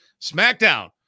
SmackDown